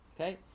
Okay